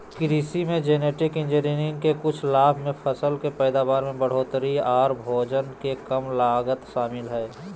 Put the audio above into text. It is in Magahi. कृषि मे जेनेटिक इंजीनियरिंग के कुछ लाभ मे फसल के पैदावार में बढ़ोतरी आर भोजन के कम लागत शामिल हय